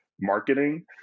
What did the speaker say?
marketing